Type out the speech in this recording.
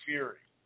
Fury